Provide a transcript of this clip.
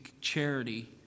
charity